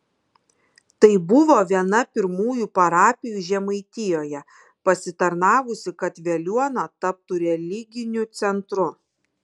tai buvo viena pirmųjų parapijų žemaitijoje pasitarnavusi kad veliuona taptų religiniu centru